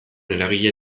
eragile